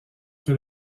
que